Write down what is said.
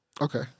Okay